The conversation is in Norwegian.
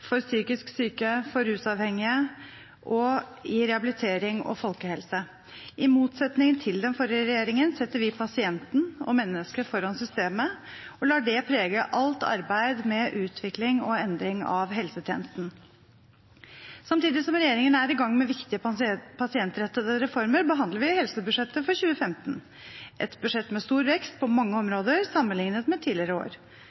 for psykisk syke, for rusavhengige og i rehabilitering og folkehelse. I motsetning til den forrige regjeringen setter vi pasienten og mennesket foran systemet og lar det prege alt arbeid med utvikling og endring av helsetjenesten. Samtidig som regjeringen er i gang med viktige pasientrettede reformer, behandler vi helsebudsjettet for 2015, et budsjett med stor vekst på mange områder sammenlignet med tidligere år.